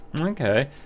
Okay